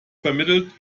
vermittelt